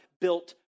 built